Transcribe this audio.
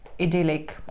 idyllic